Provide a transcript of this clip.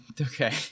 okay